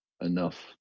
enough